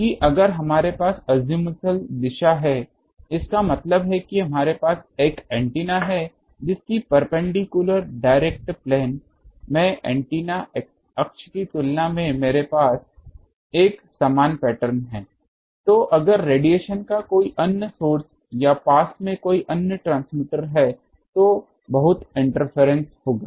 कि अगर मेरे पास अज़ीमुथल दिशा है इसका मतलब है कि मेरे पास एक एंटीना है जिसकी परपेंडिकुलर डायरेक्ट प्लेन में एंटीना अक्ष की तुलना में मेरे पास एक समान पैटर्न है तो अगर रेडिएशन का कोई अन्य सोर्स या पास में कोई अन्य ट्रांसमीटर है तो बहुत इंटरफेरेंस होगा